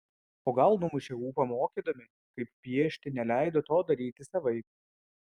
o gal numušė ūpą mokydami kaip piešti neleido to daryti savaip